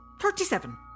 thirty-seven